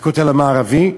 לכותל המערבי,